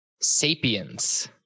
Sapiens